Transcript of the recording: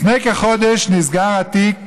לפני כחודש נסגר תיק